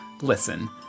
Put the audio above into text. Listen